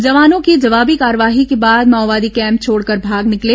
जवानों की जवाबी कार्रवाई के बाद माओवादी कैम्प छोड़कर भाग निकले